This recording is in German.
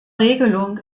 regelung